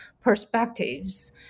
perspectives